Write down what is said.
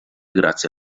grazie